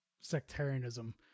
sectarianism